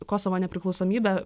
kosovo nepriklausomybę